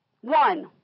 One